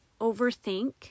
overthink